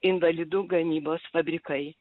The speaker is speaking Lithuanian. invalidų gamybos fabrikai